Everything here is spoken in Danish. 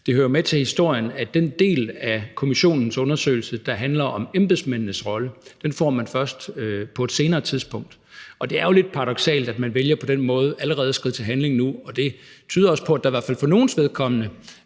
Det hører med til historien, at den del af kommissionens undersøgelse, der handler om embedsmændenes rolle, får man først på et senere tidspunkt. Det er lidt paradoksalt, at man på den måde vælger at skride til handling allerede nu, og det tyder også på, at det i hvert fald for nogles vedkommende